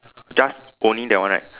just only that one right